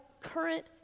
current